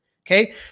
Okay